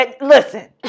listen